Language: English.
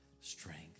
strength